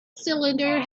cylinder